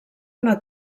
una